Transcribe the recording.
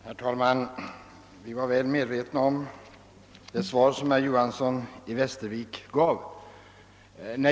Herr talman! Vi motionärer var väl medvetna om att vi skulle få det svar som herr Johanson i Västervik gav.